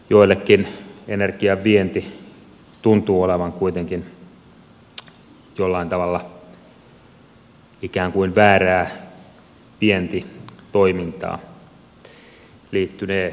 joillekin energian vienti tuntuu olevan kuitenkin jollain tavalla ikään kuin väärää vientitoimintaa se liittynee ydinvoimakeskusteluun